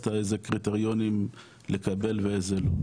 לאוניברסיטה איזה קריטריונים לקבל ואיזה לא.